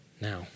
Now